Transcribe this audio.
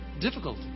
difficult